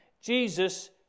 Jesus